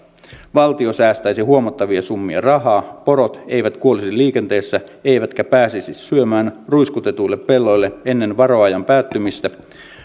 valtio säästäisi huomattavia summia rahaa porot eivät kuolisi liikenteessä eivätkä pääsisi syömään ruiskutetuille pelloille ennen varoajan päättymistä